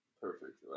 Perfect